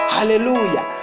hallelujah